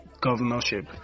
governorship